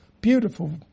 Beautiful